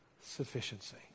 sufficiency